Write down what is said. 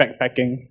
backpacking